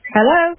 Hello